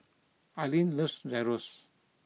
Ilene loves Gyros